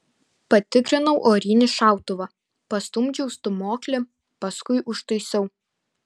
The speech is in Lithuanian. patikrinau orinį šautuvą pastumdžiau stūmoklį paskui užtaisiau